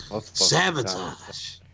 sabotage